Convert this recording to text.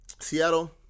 Seattle